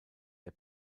der